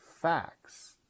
facts